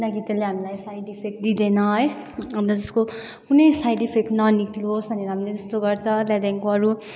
न कि त्यसले हामीलाई साइड इफेक्ट दिँदैन है हन्त त्यसको कुनै साइड इफेक्ट ननिक्लियोस् भनेर हामीले त्यस्तो गर्छ त्यहाँदेखिको अरू